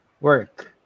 work